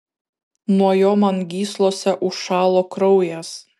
nuo jo man gyslose užšalo kraujas